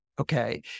okay